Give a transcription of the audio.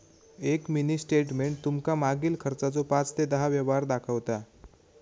एक mini statement तुमका मागील खर्चाचो पाच ते दहा व्यवहार दाखवता